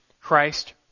Christ